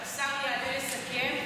שהשר יעלה לסכם,